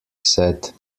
said